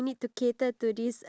iya